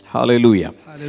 Hallelujah